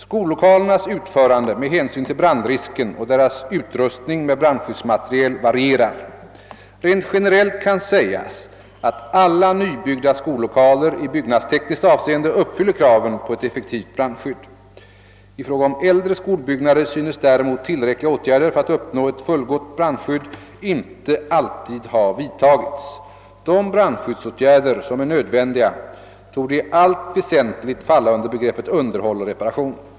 Skollokalernas utförande med hänsyn till brandrisken och deras utrustning med brandskyddsmateriel varierar. Rent generellt kan sägas att alla nybyggda skollokaler i byggnadstekniskt avseende uppfyller kraven på ett effektivt brandskydd. I fråga om äldre skolbyggnader synes däremot tillräckliga åtgärder för att uppnå ett fullgott brandskydd inte alltid ha vidtagits. De brandskyddsåtgärder som är nödvändiga torde i allt väsentligt falla under begreppet underhåll och reparation.